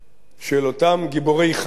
של אותם גיבורי חיל,